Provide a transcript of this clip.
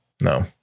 no